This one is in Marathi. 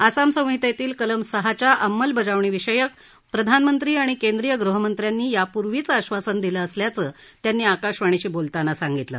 आसाम संहितेतील कलम सहाच्या अंमलबजावणीविषयक प्रधानमंत्री आणि केंद्रीय गृहमंत्र्यांनी यापूर्वीच आश्वासन दिलं असल्याचं त्यांनी आकाशवाणीशी बोलताना सांगितलं